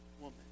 woman